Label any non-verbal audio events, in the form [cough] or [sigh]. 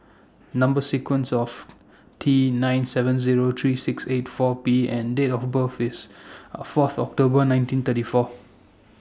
[noise] Number sequence of T nine seven Zero three six eight four P and Date of birth IS [hesitation] Fourth October nineteen thirty Fourth